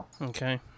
Okay